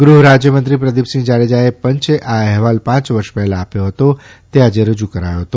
ગૃહરાજયમંત્રી પ્રદિપસિંહ જાડેજાએ પંચે આ અહેવાલ પાંચ વર્ષ પહેલાં આપ્યો હતો તે આજે રજૂ કરાયો હતો